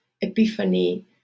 epiphany